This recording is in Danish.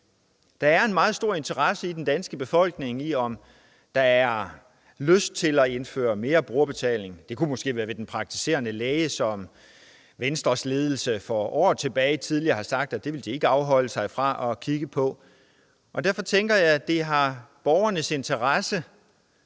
Der er en meget stor interesse hos den danske befolkning for at vide, om man har lyst til at indføre mere brugerbetaling. Det kunne måske være ved den praktiserende læge, som Venstres ledelse for år tilbage sagde de ikke ville afholde sig fra at kigge på. Derfor tænker jeg, at det har borgernes interesse